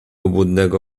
obłudnego